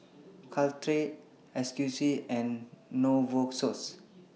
Caltrate Ocuvite and Novosource